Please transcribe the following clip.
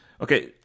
Okay